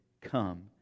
come